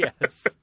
yes